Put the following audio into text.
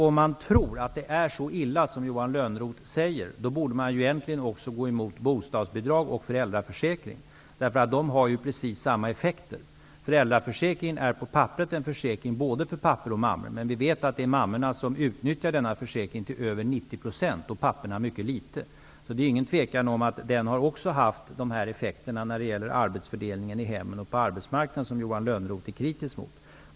Om man tror att det är så illa som Johan Lönnroth säger, borde man egentligen också vara emot bostadsbidrag och föräldraförsäkring. De har ju precis samma effekter. Försäkringen är på papperet både för pappor och mammor. Men vi vet att det till över 90 % är mammorna som utnyttjar denna försäkring och att papporna utnyttjar den mycket litet. Det råder inget tvivel om att den också fått de effekter när det gäller arbetsfördelningen i hemmen och på arbetsmarknaden som Johan Lönnroth är kritisk mot.